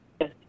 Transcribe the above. Yes